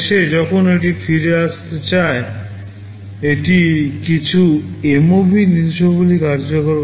শেষে যখন এটি ফিরে আসতে চায় এটি কিছু এমওভি নির্দেশাবলী কার্যকর করে